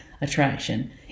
attraction